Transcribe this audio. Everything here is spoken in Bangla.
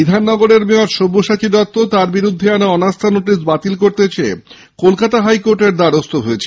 বিধাননগরের মেয়র সব্যসাচী দত্ত তাঁর বিরুদ্ধে আনা অনাস্থা নোটিশ বাতিল করতে চেয়ে কলকাতা হাইকোর্টের দ্বারস্থ হয়েছেন